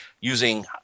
using